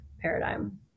paradigm